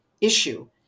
issue